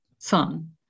Son